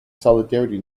solidarity